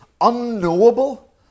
unknowable